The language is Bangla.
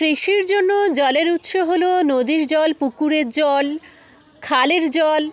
কৃষির জন্য জলের উৎস হল নদীর জল পুকুরের জল খালের জল